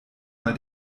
mal